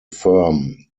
firm